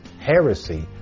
heresy